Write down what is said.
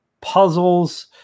puzzles